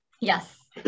Yes